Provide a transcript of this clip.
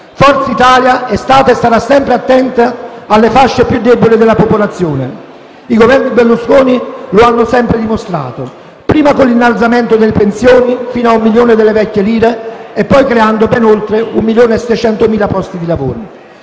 Forza Italia è stata e sarà sempre attenta alle fasce più deboli della popolazione. I Governi Berlusconi lo hanno sempre dimostrato, prima con l'innalzamento delle pensioni fino a un milione delle vecchie lire, e poi creando ben oltre 1.600.000 posti di lavoro.